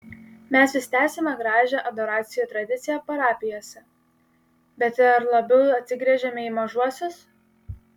mes vis tęsiame gražią adoracijų tradiciją parapijose bet ar labiau atsigręžiame į mažuosius